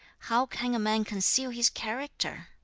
how can a man conceal his character?